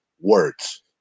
words